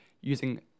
using